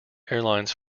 airlines